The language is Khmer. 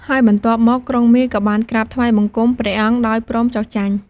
ហើយបន្ទាប់មក ក្រុងមារក៏បានក្រាបថ្វាយបង្គំព្រះអង្គដោយព្រមចុះចាញ់។